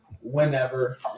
whenever